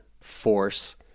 force